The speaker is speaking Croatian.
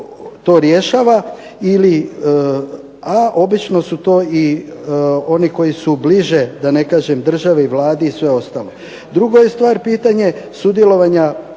to rješava a obično su to i oni koji su bliže da ne kažem državi, Vladi i sve ostalo. Druga je stvar pitanje sudjelovanja